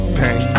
pain